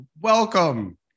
Welcome